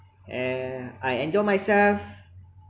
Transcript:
and I enjoy myself